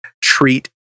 treat